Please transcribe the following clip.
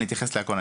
אני אתייחס להכל,